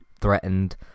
threatened